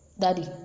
daddy